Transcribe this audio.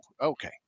okay